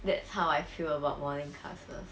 that's how I feel about morning classes